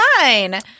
fine